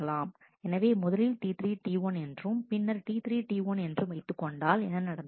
எனவே முதலில் T3 T1 என்றும் பின்னர் T3 T1 என்று வைத்துக் கொண்டால் என்ன நடந்திருக்கும்